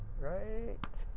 right,